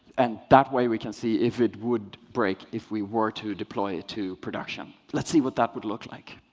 and that way, we can see if it would break if we were to deploy it to production. let's see what that would look like.